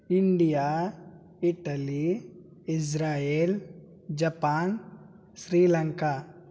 India Italy Israel Japan Sri Lanka